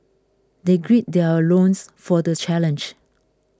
they gird their loins for the challenge